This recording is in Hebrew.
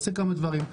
עושה כמה דברים.